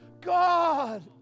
God